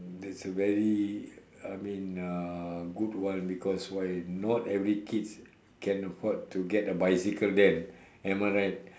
that's a very I mean uh good one because why not every kid can afford to get a bicycle then am I right